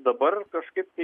dabar kažkaip tai